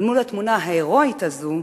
אל מול התמונה ההירואית הזאת,